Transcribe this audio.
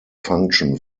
function